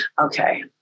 okay